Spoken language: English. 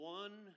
one